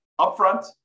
upfront